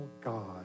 God